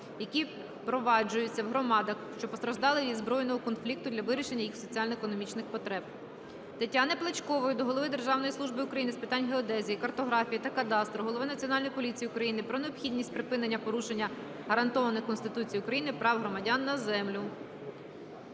які впроваджуються в громадах, що постраждали від збройного конфлікту, для вирішення їх соціально-економічних потреб. Тетяни Плачкової до голови Державної служби України з питань геодезії, картографії та кадастру, голови Національної поліції України про необхідність припинення порушення гарантованих Конституцією України прав громадян на землю.